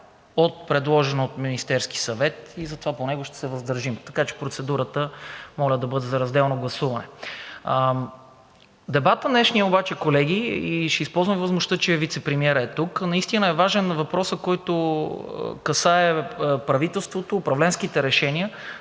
от предложения от Министерския съвет и затова по него ще се въздържим. Така че процедурата – моля да бъде за разделно гласуване. В днешния дебат обаче, колеги, ще използвам възможността, че вицепремиерът е тук. Наистина е важен въпросът, който касае правителството и управленските решения,